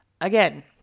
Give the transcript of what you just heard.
Again